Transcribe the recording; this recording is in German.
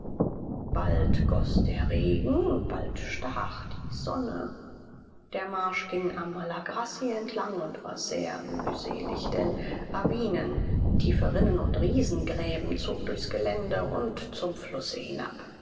bald goß der regen bald stach die sonne der marsch ging am malagarassi entlang und war sehr mühselig denn ravinen tiefe rinnen und riesengräben zogen durchs gelände und zum flusse hinab